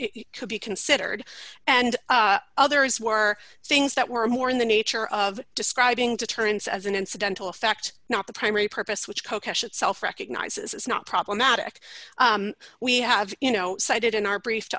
it could be considered and others were things that were more in the nature of describing deterrence as an incidental effect not the primary purpose which co cash itself recognizes is not problematic we have you know cited in our brie